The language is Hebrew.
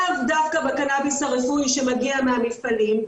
לאו דווקא בקנאביס הרפואי שמגיע מהמפעלים,